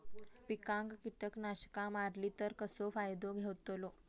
पिकांक कीटकनाशका मारली तर कसो फायदो होतलो?